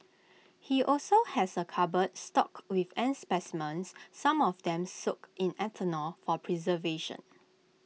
he also has A cupboard stocked with ant specimens some of them soaked in ethanol for preservation